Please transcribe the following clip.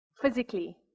physically